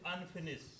unfinished